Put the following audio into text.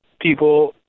people